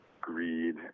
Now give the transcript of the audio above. greed